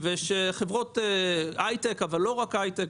ושחברות הייטק אבל לא רק הייטק,